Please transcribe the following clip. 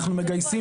אנחנו מגייסים